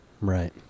Right